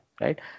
right